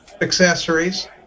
accessories